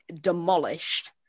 demolished